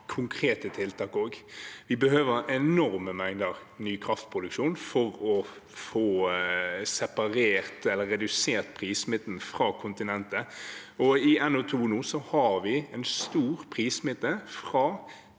å ha konkrete tiltak også. Vi behøver enorme mengder ny kraftproduksjon for å få separert eller redusert prissmitten fra kontinentet, og i området NO2 har vi nå en stor prissmitte fra